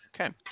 Okay